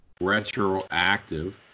retroactive